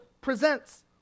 presents